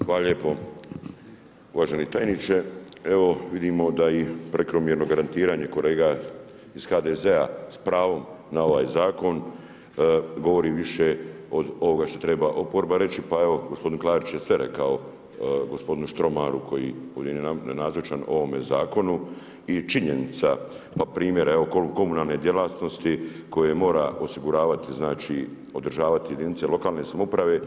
Hvala lijepo uvaženi tajniče, evo vidimo da i prekomjerno granitiranje, kolega iz HDZ-a s pravom na ovaj zakon, govori više od ovoga što treba oporba reći, pa evo, gospodin Klarić je sve rekao gospodinu Štromanu koji je nazočan o ovome zakonu i činjenica pa primjer, evo komunalne djelatnosti koji mora osiguravati znači, održavati jedinice lokalne samouprave.